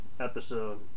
episode